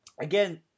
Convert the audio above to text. again